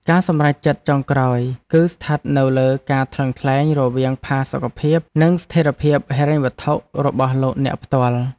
ការសម្រេចចិត្តចុងក្រោយគឺស្ថិតនៅលើការថ្លឹងថ្លែងរវាងផាសុកភាពនិងស្ថិរភាពហិរញ្ញវត្ថុរបស់លោកអ្នកផ្ទាល់។